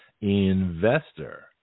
investor